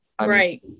Right